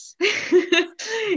yes